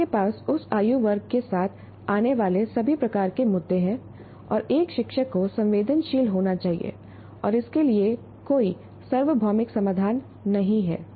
आपके पास उस आयु वर्ग के साथ आने वाले सभी प्रकार के मुद्दे हैं और एक शिक्षक को संवेदनशील होना चाहिए और इसके लिए कोई सार्वभौमिक समाधान नहीं हैं